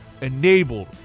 enabled